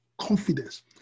confidence